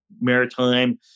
maritime